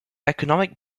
economic